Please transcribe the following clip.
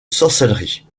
sorcellerie